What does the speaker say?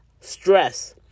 stress